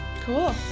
Cool